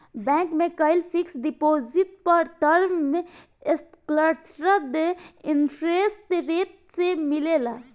bank में कईल fixed deposit पर टर्म स्ट्रक्चर्ड इंटरेस्ट रेट से मिलेला